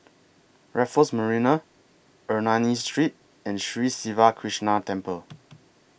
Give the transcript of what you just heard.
Raffles Marina Ernani Street and Sri Siva Krishna Temple